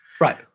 Right